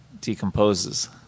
decomposes